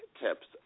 tips